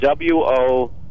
WO